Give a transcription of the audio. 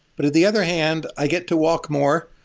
but at the other hand, i get to walk more,